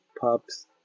pubs